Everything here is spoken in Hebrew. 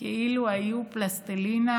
כאילו היו פלסטלינה